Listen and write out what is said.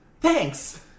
Thanks